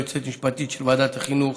היועצת המשפטית של ועדת החינוך,